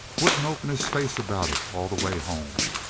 wouldn't open his face about it all the way home.